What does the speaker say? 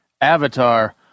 avatar